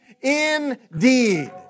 indeed